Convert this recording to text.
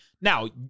Now